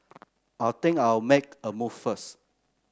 I think I'll make a move first